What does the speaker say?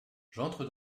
j’entre